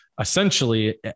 essentially